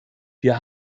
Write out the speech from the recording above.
wir